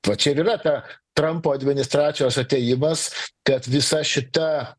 va čia ir yra ta trampo administracijos atėjimas kad visa šita